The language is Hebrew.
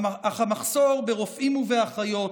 אך המחסור ברופאים ובאחיות,